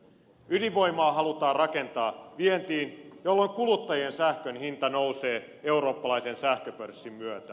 ydinvoimaa halutaan rakentaa vientiin jolloin kuluttajien sähkön hinta nousee eurooppalaisen sähköpörssin myötä